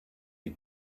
you